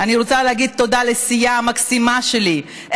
אני רוצה להגיד תודה לסיעה המקסימה שלי,